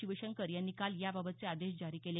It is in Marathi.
शिवशंकर यांनी काल याबाबतचे आदेश जारी केले